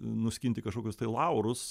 nuskinti kažkokius tai laurus